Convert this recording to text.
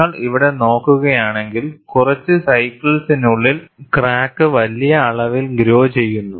നിങ്ങൾ ഇവിടെ നോക്കുകയാണെങ്കിൽ കുറച്ച് സൈക്കിൾസിനുള്ളിൽ ക്രാക്ക് വലിയ അളവിൽ ഗ്രോ ചെയ്യുന്നു